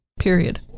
Period